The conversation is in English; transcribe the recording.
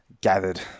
gathered